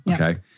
okay